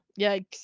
Yikes